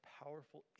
powerful